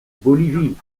bolivie